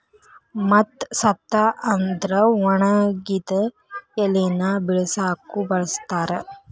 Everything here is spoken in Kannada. ಮತ್ತ ಸತ್ತ ಅಂದ್ರ ಒಣಗಿದ ಎಲಿನ ಬಿಳಸಾಕು ಬಳಸ್ತಾರ